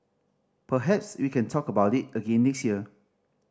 perhaps we can talk about it again next year